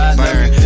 burn